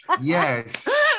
yes